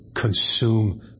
consume